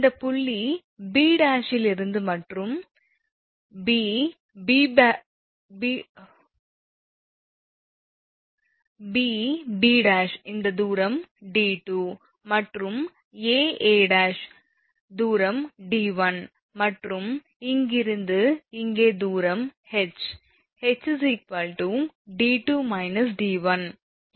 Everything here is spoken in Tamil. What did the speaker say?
இந்த புள்ளி 𝐵′ யில் இருந்து மற்றும் 𝐵 𝐵𝐵′ இந்த தூரம் 𝑑2 மற்றும் 𝐴𝐴 ′ தூரம் 𝑑1 மற்றும் இங்கிருந்து இங்கே தூரம் ℎ ℎ 𝑑2 𝑑1